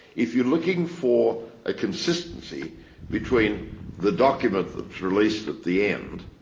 if you're looking for a consistency between the document that's released at the end,